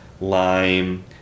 lime